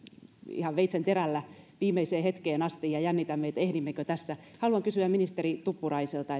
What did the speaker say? ihan veitsen terällä viimeiseen hetkeen asti ja jännitämme ehdimmekö tässä haluan kysyä ministeri tuppuraiselta